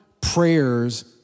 prayers